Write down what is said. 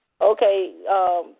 Okay